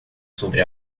sobre